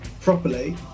properly